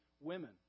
women